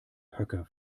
höcker